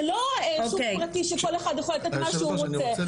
זה לא שוק פרטי שכל אחד יכול לתת מה שהוא רוצה,